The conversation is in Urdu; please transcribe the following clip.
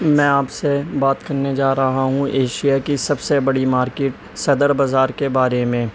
میں آپ سے بات کرنے جا رہا ہوں ایشیا کی سب سے بڑی مارکیٹ صدر بازار کے بارے میں